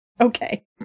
Okay